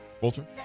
Walter